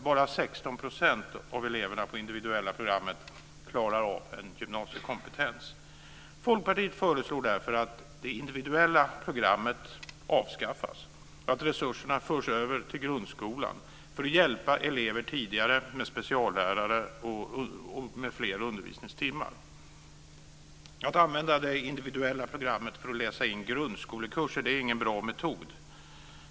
Bara 16 % av eleverna på det individuella programmet klarar av en gymnasiekompetens. Folkpartiet föreslår därför att det individuella programmet avskaffas, och att resurserna förs över till grundskolan för att hjälpa elever tidigare med speciallärare och med fler undervisningstimmar. Att använda det individuella programmet för att läsa in grundskolekurser är ingen bra metod.